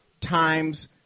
times